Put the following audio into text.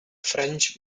french